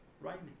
raining